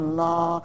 la